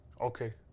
Okay